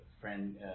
friend